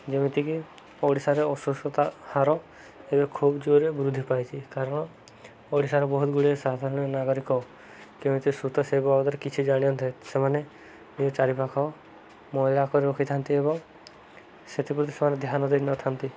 ଯେମିତିକି ଓଡ଼ିଶାରେ ଅସୁସ୍ଥତା ହାର ଏବେ ଖୁବ୍ ଜୋରରେ ବୃଦ୍ଧି ପାଇଛି କାରଣ ଓଡ଼ିଶାର ବହୁତ ଗୁଡ଼ିଏ ସାଧାରଣ ନାଗରିକ କେମିତି ସତ ସେ ବାବଦରେ କିଛି ଜାଣନ୍ତେ ସେମାନେ ଚାରିପାଖ ମହିଳା କରି ରଖିଥାନ୍ତି ଏବଂ ସେଥିପ୍ରତି ସେମାନେ ଧ୍ୟାନ ଦେଇନଥାନ୍ତି